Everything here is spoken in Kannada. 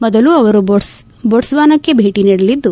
ಮೊದಲು ಅವರು ಬೊಟ್ಟಾನಾಕ್ಕೆ ಭೇಟ ನೀಡಲಿದ್ದು